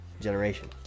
generation